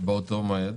באותו מועד,